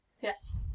Yes